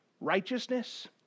righteousness